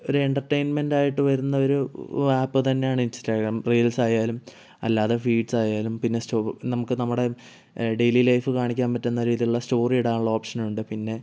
ഒര് എൻ്റർടൈൻമെൻറ്റ് ആയിട്ട് വരുന്ന ഒരു ആപ്പ് തന്നെയാണ് ഇൻസ്റ്റഗ്രാം റീൽസ് ആയാലും അല്ലാതെ ഫീഡ്സ് ആയാലും പിന്നെ സ്റ്റോവ് നമുക്ക് നമ്മുടെ ഡെയിലി ലൈഫ് കാണിക്കാൻ പറ്റുന്ന ഒരിതുള്ള സ്റ്റോറി ഇടാനുള്ള ഓപ്ഷൻ ഉണ്ട് പിന്നെ